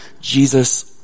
Jesus